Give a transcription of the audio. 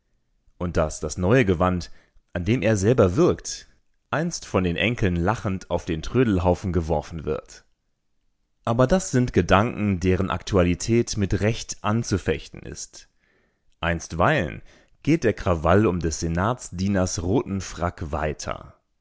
und daß das neue gewand an dem er selber wirkt einst von den enkeln lachend auf den trödelhaufen geworfen wird aber das sind gedanken deren aktualität mit recht anzufechten ist einstweilen geht der krawall um des senatsdieners roten frack weiter